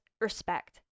respect